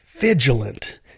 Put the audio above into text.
vigilant